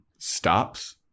stops